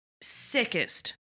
sickest